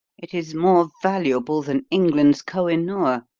it is more valuable than england's koh-i-noor,